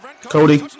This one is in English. Cody